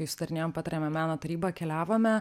kai sudarinėjom patariamąją meno tarybą keliavome